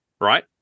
right